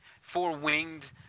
four-winged